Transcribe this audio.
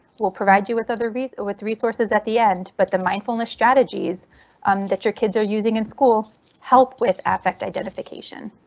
we'll provide you with other with with resources at the end, but the mindfulness strategies um that your kids are using in school help with affect identification.